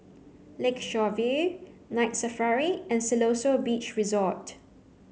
Lakeshore View Night Safari and Siloso Beach Resort